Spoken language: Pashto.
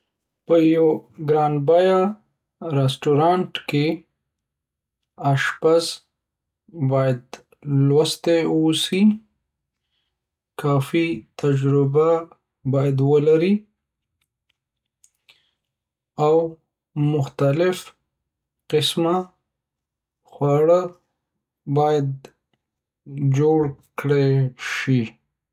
په یو ګران بیه رستورانت کیی اشپز باید لوستی اوسی، کافی تجربه باید ولری او مختلف قسمه خواړه باید جوړ کړای شی.